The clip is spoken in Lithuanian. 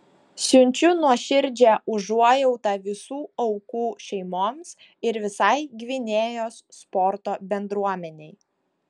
siunčiu nuoširdžią užuojautą visų aukų šeimoms ir visai gvinėjos sporto bendruomenei